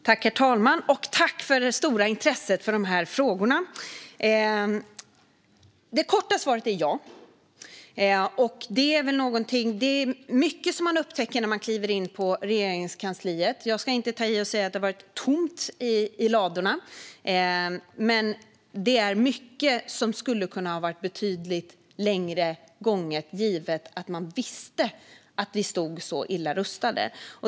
Herr talman! Jag tackar för det stora intresset för de här frågorna. Det korta svaret är ja. Det är mycket som man upptäcker när man kliver in på Regeringskansliet. Jag ska inte ta i och säga att det har varit tomt i ladorna, men det är mycket som skulle ha kunnat vara betydligt längre gånget givet att man visste att vi stod så illa rustade.